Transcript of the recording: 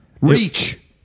Reach